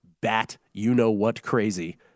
bat-you-know-what-crazy